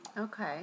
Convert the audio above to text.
Okay